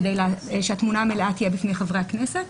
כדי לפרוס את התמונה המלאה בפני חברי הכנסת.